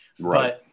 Right